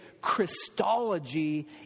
Christology